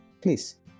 Please